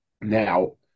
Now